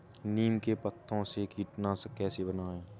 नीम के पत्तों से कीटनाशक कैसे बनाएँ?